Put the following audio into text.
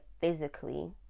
physically